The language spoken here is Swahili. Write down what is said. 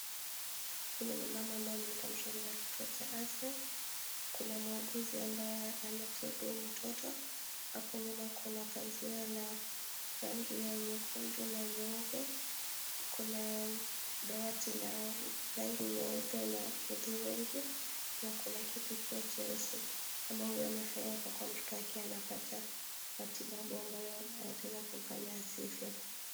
Huyu ni mama ambaye ameleta mtoto wake kwa kituo cha afya. Kuna muuguzi ambaye anatibu mtoto. Hapo nyuma kuna pazia la rangi ya nyekundu na nyeupe. Tuko na dawati la rangi ya nyeupe na hudhurungi na kuna kiti pia cheusi. Mama huyu amefurahia kwa kuwa mtoto wake anapata matibabu ambayo yataweza kumfanya asife.